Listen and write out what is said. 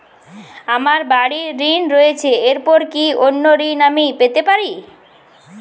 আমার বাড়ীর ঋণ রয়েছে এরপর কি অন্য ঋণ আমি পেতে পারি?